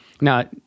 Now